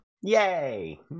Yay